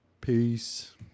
peace